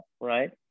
right